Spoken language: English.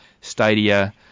Stadia